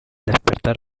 despertar